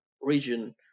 region